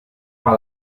par